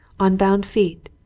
on bound feet,